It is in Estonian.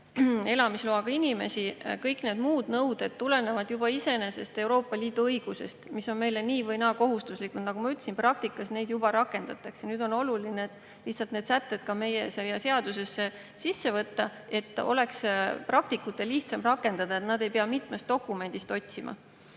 elamisloaga inimesi. Kõik need muud nõuded tulenevad juba iseenesest Euroopa Liidu õigusest, mis on meile nii või naa kohustuslik. Nagu ma ütlesin, praktikas neid juba rakendatakse. Nüüd on oluline lihtsalt need sätted ka meie seadusesse sisse võtta, et praktikutel oleks neid lihtsam rakendada, et nad ei peaks mitmest dokumendist otsima.